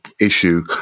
issue